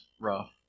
rough